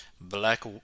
Black